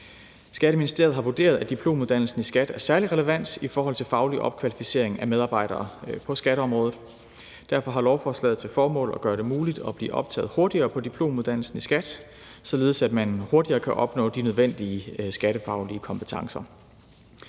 Skatteministeriet har vurderet, at diplomuddannelsen i skat er særlig relevant i forhold til faglig opkvalificering af medarbejdere på skatteområdet. Derfor har lovforslaget til formål at gøre det muligt at blive optaget hurtigere på diplomuddannelsen i skat, således at man hurtigere kan opnå de nødvendige skattefaglige kompetencer.